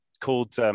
called